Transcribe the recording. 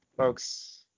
Folks